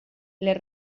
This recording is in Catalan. les